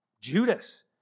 Judas